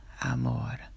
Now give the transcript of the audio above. amor